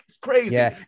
crazy